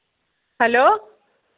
hello